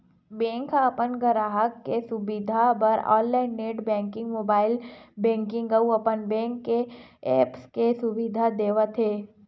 bank ह अपन गराहक के सुबिधा बर online net banking, mobile banking अउ अपन बेंक के ऐप्स के सुबिधा देवत हे